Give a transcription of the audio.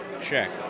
Check